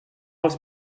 als